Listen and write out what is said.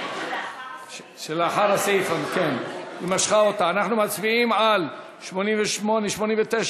אנחנו מצביעים על 88, 89,